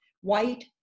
white